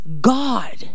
god